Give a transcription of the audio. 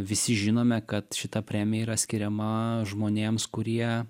visi žinome kad šita premija yra skiriama žmonėms kurie